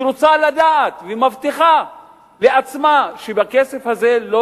היא רוצה לדעת ומבטיחה לעצמה שבכסף הזה לא